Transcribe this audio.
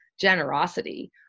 generosity